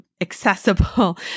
accessible